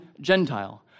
Gentile